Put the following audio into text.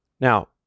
Now